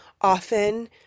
often